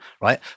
right